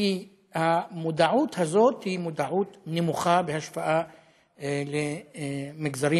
כי המודעות היא נמוכה בהשוואה למגזרים